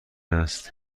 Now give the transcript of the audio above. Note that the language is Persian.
است